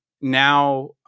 now